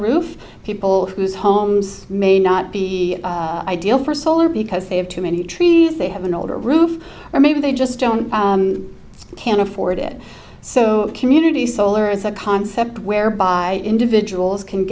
roof people whose homes may not be ideal for solar because they have too many truths they have an older roof or maybe they just don't can't afford it so the community solar is a concept whereby individuals can